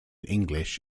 english